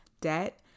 debt